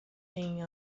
hanging